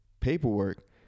paperwork